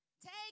Take